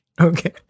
Okay